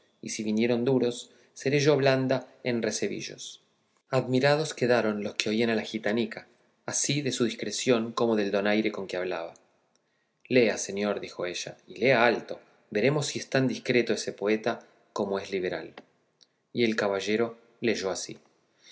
y si vinieren duros seré yo blanda en recebillos admirados quedaron los que oían a la gitanica así de su discreción como del donaire con que hablaba lea señor dijo ella y lea alto veremos si es tan discreto ese poeta como es liberal y el caballero leyó así